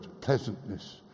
pleasantness